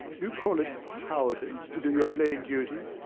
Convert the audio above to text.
you call it cowardice to do your plain duty?